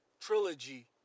Trilogy